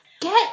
Get